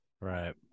Right